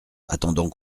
attendant